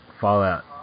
Fallout